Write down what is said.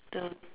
the